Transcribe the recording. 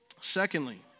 Secondly